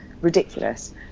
Ridiculous